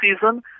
season